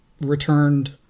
returned